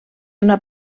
una